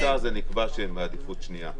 כבוד השר, זה נקבע שהם בעדיפות שנייה.